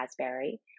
raspberry